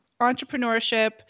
entrepreneurship